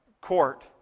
court